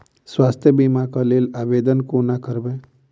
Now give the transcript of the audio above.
स्वास्थ्य बीमा कऽ लेल आवेदन कोना करबै?